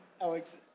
Alex